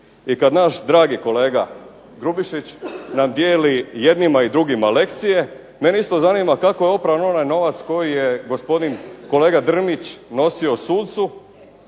I kad naš dragi kolega Grubišić nam dijeli jednima i drugima lekcije mene isto zanima kako je opran onaj novac koji je gospodin kolega Drmić nosio sucu